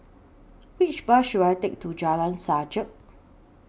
Which Bus should I Take to Jalan Sajak